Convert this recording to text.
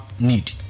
need